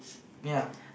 ya